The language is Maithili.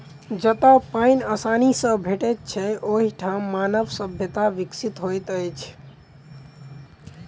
जतअ पाइन आसानी सॅ भेटैत छै, ओहि ठाम मानव सभ्यता विकसित होइत अछि